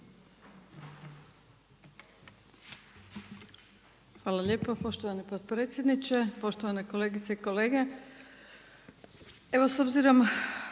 Hvala poštovani potpredsjedniče. Poštovane kolegice i kolege. U siječnju